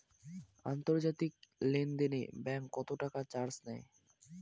আন্তর্জাতিক লেনদেনে ব্যাংক কত টাকা চার্জ নেয়?